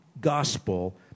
gospel